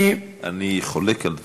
אני חולק על דברייך,